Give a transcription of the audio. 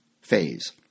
phase